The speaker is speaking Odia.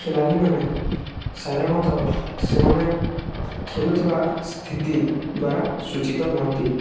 ଖେଳାଳି ମାନେ ସାଧାରଣତଃ ସେମାନେ ଖେଳୁଥିବା ସ୍ଥିତି ଦ୍ୱାରା ସୂଚିତ ହୁଅନ୍ତି